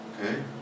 Okay